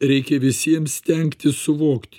reikia visiems stengtis suvokti